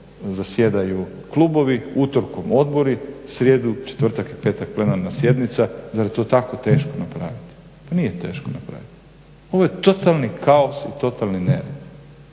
zasjedaju klubovi, utorkom odbori, srijedu, četvrtak i petak plenarna sjednica. Zar je to tako teško napraviti? Pa nije teško napraviti. Ovo je totalni kaos i totalni nered